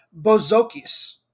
Bozokis